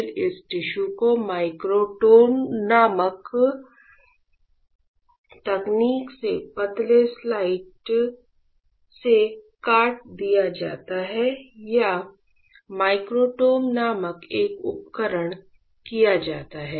फिर इस टिश्यू को माइक्रोटोम नामक तकनीक से पतले स्लाइस में काट दिया जाता है या माइक्रोटोम नामक एक उपकरण किया जाता है